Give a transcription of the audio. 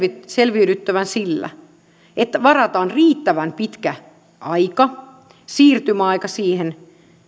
selviydyttävän sillä että varataan riittävän pitkä siirtymäaika siihen